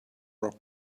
rock